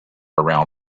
around